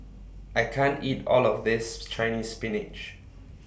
I can't eat All of This Chinese Spinach